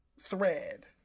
thread